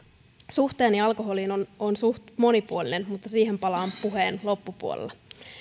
suhteeni alkoholiin on on suht monipuolinen mutta siihen palaan puheen loppupuolella